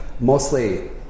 Mostly